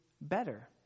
better